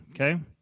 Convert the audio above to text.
okay